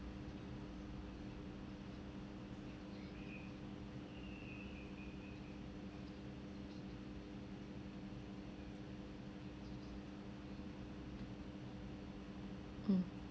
mm